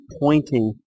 pointing